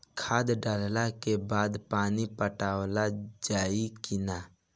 खाद डलला के बाद पानी पाटावाल जाई कि न?